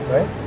Right